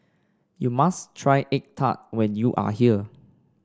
you must try egg tart when you are here